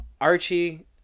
Archie –